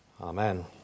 Amen